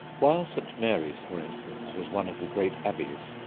while st. mary's, for instance, was one of the great abbeys,